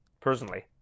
personally